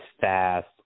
fast